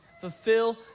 Fulfill